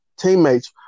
teammates